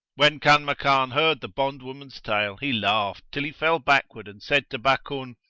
when kanmakan heard the bondwoman's tale, he laughed till he fell backward and said to bakun,